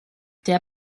der